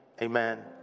Amen